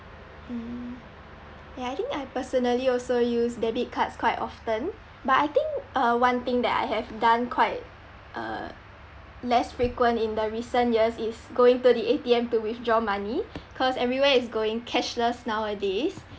mm ya I think I personally also use debit cards quite often but I think uh one thing that I have done quite uh less frequent in the recent years is going to the A_T_M to withdraw money cause everywhere is going cashless nowadays